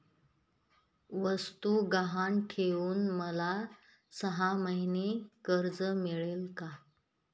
वस्तू गहाण ठेवून मला सहामाही कर्ज मिळेल का?